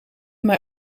mijn